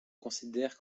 considère